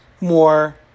more